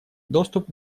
доступ